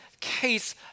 case